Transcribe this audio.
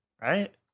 right